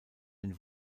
den